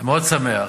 אני מאוד שמח.